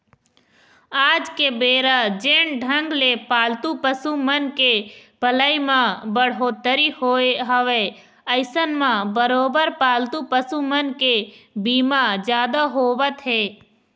आज के बेरा जेन ढंग ले पालतू पसु मन के पलई म बड़होत्तरी होय हवय अइसन म बरोबर पालतू पसु मन के बीमा जादा होवत हे